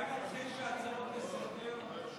אולי נתחיל בהצעות לסדר-היום?